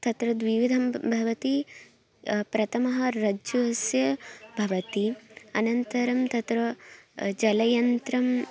तत्र द्विविधम् ब् भवति प्रथमः रज्जुस्य भवति अनन्तरं तत्र जलयन्त्रम्